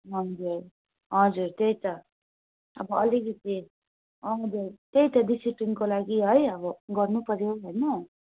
हजुर हजुर त्यही त अब अलिकिति आउँदो त्यही त डिसिप्लिनको लागि है अब गर्नु पऱ्यो होइन